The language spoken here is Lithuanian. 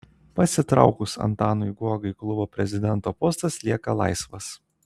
pasitraukus antanui guogai klubo prezidento postas lieka laisvas